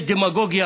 יש דמגוגיה